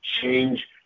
change